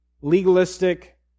legalistic